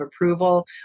approval